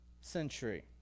century